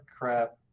crap